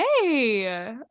Hey